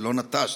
לא נטש,